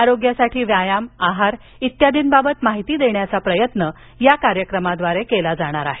आरोग्यासाठी व्यायाम आहार इत्यादीबाबत माहिती देण्याचा प्रयत्न याद्वारे केला जाणार आहे